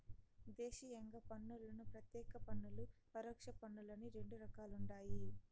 దేశీయంగా పన్నులను ప్రత్యేక పన్నులు, పరోక్ష పన్నులని రెండు రకాలుండాయి